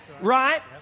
Right